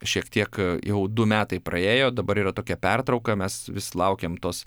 šiek tiek jau du metai praėjo dabar yra tokia pertrauka mes vis laukiam tos